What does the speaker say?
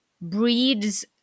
breeds